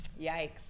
Yikes